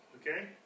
Okay